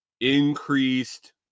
increased